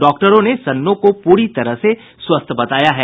डॉक्टरों ने सन्नो को पूरी तरह से स्वस्थ्य बताया है